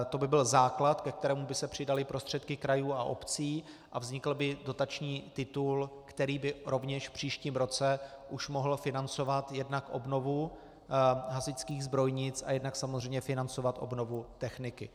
To by byl základ, ke kterému by se přidaly prostředky krajů a obcí, a vznikl by dotační titul, který by rovněž v příštím roce už mohl financovat jednak obnovu hasičských zbrojnic, jednak samozřejmě financovat obnovu techniky.